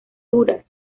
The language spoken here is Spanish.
duras